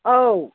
औ